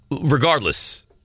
Regardless